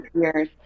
Years